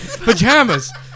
Pajamas